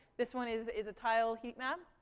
this one is is a tile heatmap,